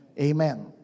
Amen